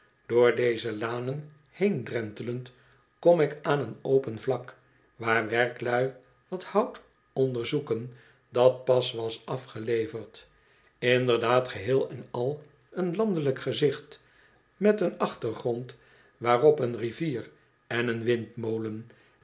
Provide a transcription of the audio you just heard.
door deze lanen heendrentelend kom ik aan een open vlak waar werklui wat hout onderzoeken dat pas was afgeleverd inderdaad geheel en al een landelijk gezicht met een achtergrond waarop een rivier en een windmolen